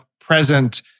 present